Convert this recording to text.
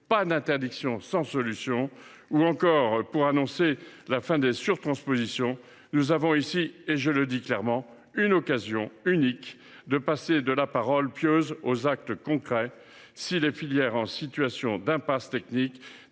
pas d’interdiction sans solution », ou encore pour annoncer la fin des surtranspositions, nous avons ici une occasion unique de passer de la parole pieuse aux actes concrets. Les filières en situation d’impasse technique